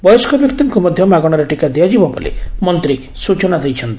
ବୟକ୍ତିଙ୍କୁ ମଧ୍ଧ ମାଗଶାରେ ଟୀକା ଦିଆଯିବ ବୋଲି ମନ୍ତ୍ରୀ ସୂଚନା ଦେଇଛନ୍ତି